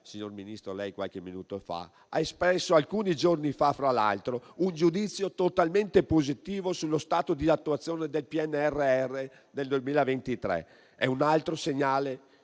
signor Ministro, alcuni giorni fa ha espresso, fra l'altro, un giudizio totalmente positivo sullo stato di attuazione del PNRR nel 2023. È un altro segnale